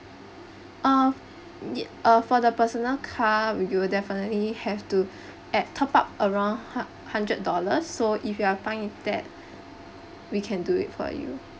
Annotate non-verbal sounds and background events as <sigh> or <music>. uh <noise> uh for the personal car you will definitely have to add top up around hu~ hundred dollars so if you are fine with that we can do it for you